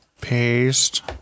Paste